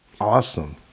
Awesome